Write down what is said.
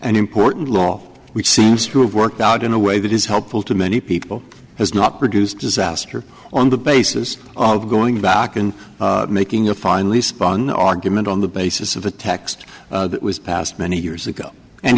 an important law which seems to have worked out in a way that is helpful to many people has not produced disaster on the basis of going back and making a finely spawn argument on the basis of a text that was passed many years ago and